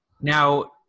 now